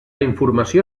informació